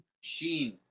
sheen